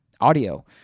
audio